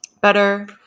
better